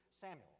Samuel